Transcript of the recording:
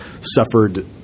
suffered